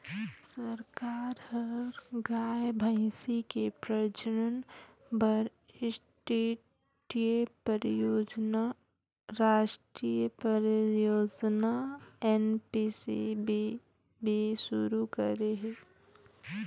सरकार ह गाय, भइसी के प्रजनन बर रास्टीय परियोजना एन.पी.सी.बी.बी सुरू करे हे